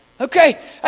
Okay